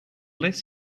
less